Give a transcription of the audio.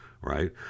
Right